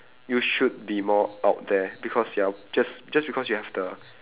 you should be more out there because you're just just because you have the